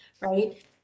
right